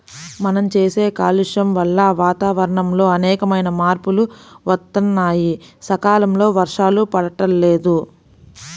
మనం చేసే కాలుష్యం వల్ల వాతావరణంలో అనేకమైన మార్పులు వత్తన్నాయి, సకాలంలో వర్షాలు పడతల్లేదు